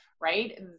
right